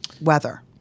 Weather